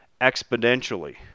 exponentially